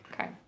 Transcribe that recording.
Okay